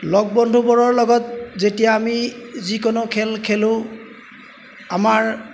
লগ বন্ধুবোৰৰ লগত যেতিয়া আমি যিকোনো খেল খেলো আমাৰ